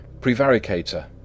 Prevaricator